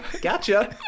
gotcha